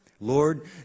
Lord